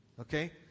Okay